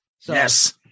Yes